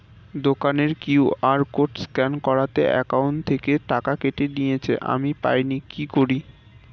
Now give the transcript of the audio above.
দোকানের QR code scan করাতে account থেকে টাকা কেটে নিয়েছে, আমি পাইনি কি করি?